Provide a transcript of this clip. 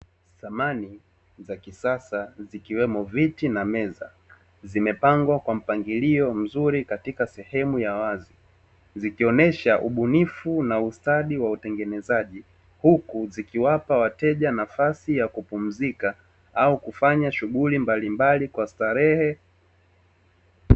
Samani za kisasa zikiwemo viti, na meza; zimepangwa kwa mpangilio mzuri katika sehemu ya wazi. Zikionyesha ubunifu na ustadi wa utengenezaji, huku zikiwapa wateja nafasi ya kupumzika au kufanya shughuli mbalimbali kwa starehe.